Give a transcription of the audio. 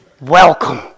Welcome